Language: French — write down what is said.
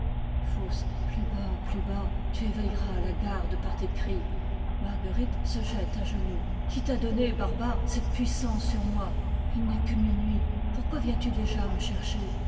faust plus bas plus bas tu éveilleras la garde par tes cris marguerite m j'eme à genoux qui t'a donné barbare cette puissance sur moi it n'est que minuit pourquoi viens-tu déjà me chercher